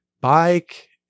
bike